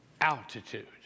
altitude